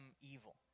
evil